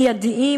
מיידיים,